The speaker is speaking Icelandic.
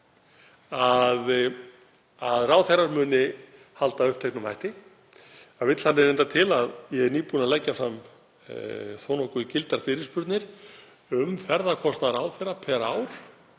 að ráðherrar muni halda uppteknum hætti. Það vill þannig til að ég er nýbúinn að leggja fram þó nokkuð gildar fyrirspurnir um ferðakostnað ráðherra fyrir